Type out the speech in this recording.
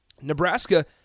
Nebraska